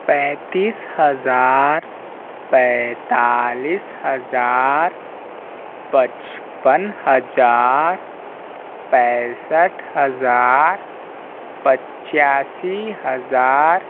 पैंतीस हज़ार पैंतालीस हज़ार पचपन हज़ार पैंसठ हज़ार पचासी हज़ार